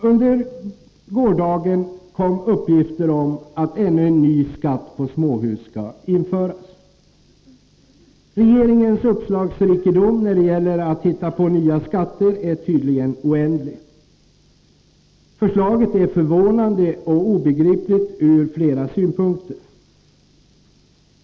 Under gårdagen kom uppgifter om att ännu en ny skatt på småhus skall införas. Regeringens uppslagsrikedom när det gäller att hitta på nya skatter är tydligen oändlig. Förslaget är förvånande och obegripligt ur flera synpunkter.